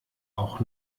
auch